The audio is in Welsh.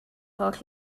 holl